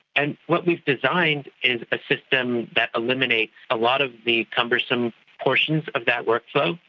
and what we've designed is a system that eliminates a lot of the cumbersome portions of that workflow,